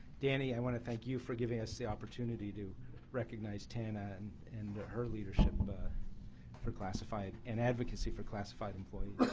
danny, i want to thank you for giving us the opportunity to recognize tana and and her leadership but for classified and advocacy for classified employees.